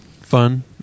fun